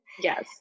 Yes